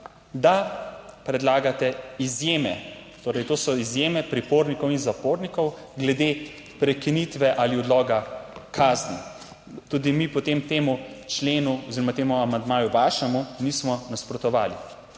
da predlagate izjeme, torej to so izjeme pripornikov in zapornikov glede prekinitve ali odloga kazni. Tudi mi potem temu členu oziroma temu amandmaju, vašemu, nismo nasprotovali.